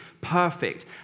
perfect